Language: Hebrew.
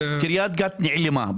קריית גת נעלמה,